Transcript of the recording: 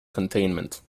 containment